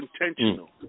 intentional